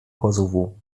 kosovo